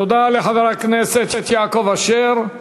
תודה לחבר הכנסת יעקב אשר.